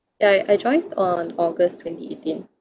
I I joined on august twenty eighteen